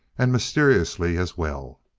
and mysteriously as well.